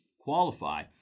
qualify